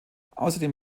außerdem